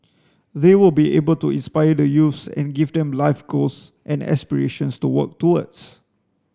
they will be able to inspire the youths and give them life goals and aspirations to work towards